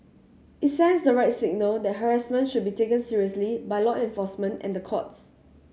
it sends the right signal that harassment should be taken seriously by law enforcement and the courts